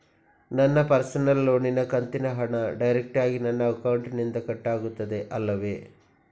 ನನ್ನ ಪರ್ಸನಲ್ ಲೋನಿನ ಕಂತಿನ ಹಣ ಡೈರೆಕ್ಟಾಗಿ ನನ್ನ ಅಕೌಂಟಿನಿಂದ ಕಟ್ಟಾಗುತ್ತದೆ ಅಲ್ಲವೆ?